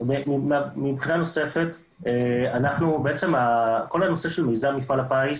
מבחינה נוספת כל נושא מיזם מפעל הפיס